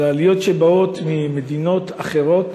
אבל גם העליות שבאות ממדינות אחרות